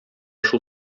шул